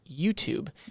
youtube